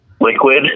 Liquid